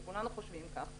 וכולנו חושבים כך,